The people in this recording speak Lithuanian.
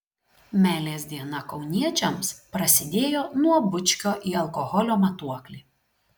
meilės diena kauniečiams prasidėjo nuo bučkio į alkoholio matuoklį